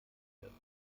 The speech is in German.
werden